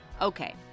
Okay